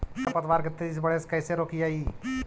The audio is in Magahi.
खर पतवार के तेजी से बढ़े से कैसे रोकिअइ?